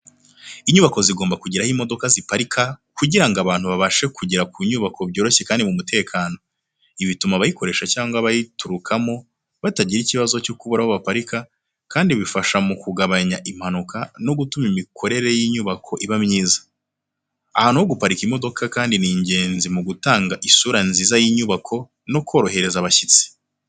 Inyubako zigomba kugira aho imodoka ziparika kugira ngo abantu babashe kugera ku nyubako byoroshye kandi mu mutekano. Ibi bituma abayikoresha cyangwa abayiturukamo batagira ikibazo cyo kubura aho baparika, kandi bifasha mu kugabanya impanuka no gutuma imikorere y’inyubako iba myiza. Ahantu ho guparika imodoka kandi ni ingenzi mu gutanga isura nziza y’inyubako no korohereza abashyitsi.